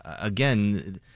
Again